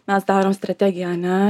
mes darom strategiją ane